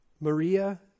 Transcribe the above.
Maria